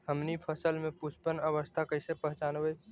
हमनी फसल में पुष्पन अवस्था कईसे पहचनबई?